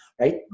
right